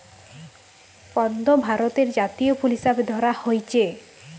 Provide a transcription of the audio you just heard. পদ্ম ভারতের জাতীয় ফুল হিসাবে ধরা হইচে